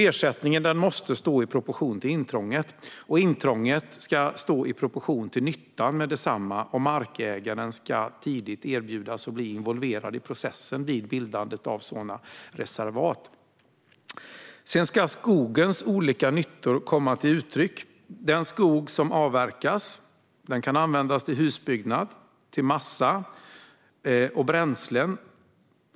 Ersättningen måste stå i proportion till intrånget, intrånget ska stå i proportion till nyttan med detsamma och markägaren ska tidigt erbjudas att bli involverad i processen vid bildandet av sådana reservat. Sedan ska skogens olika nyttor komma till uttryck. Den skog som avverkas kan användas till husbyggnad, massa och bränsle.